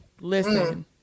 Listen